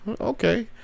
okay